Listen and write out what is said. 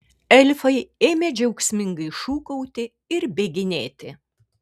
elfai ėmė džiaugsmingai šūkauti ir bėginėti